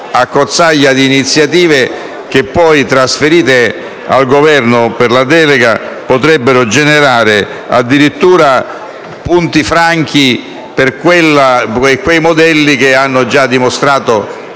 accozzaglia di iniziative che poi, trasferite al Governo per la delega, potrebbero generare addirittura punti franchi per dei modelli che hanno già dimostrato